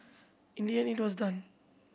in the end it was done